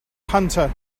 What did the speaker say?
hunter